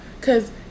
cause